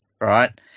right